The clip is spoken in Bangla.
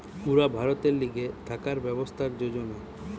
পুরা ভারতের লিগে থাকার ব্যবস্থার যোজনা